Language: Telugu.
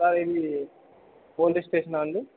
సార్ ఇది పోలీస్ స్టేషనా అండీ